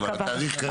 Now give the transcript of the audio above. התאריך כתוב.